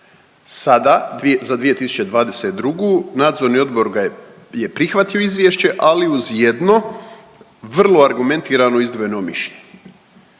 Sada za 2022. nadzorni odbor ga je, je prihvatio izvješće ali uz jedno vrlo argumentirano vrlo izdvojeno mišljenje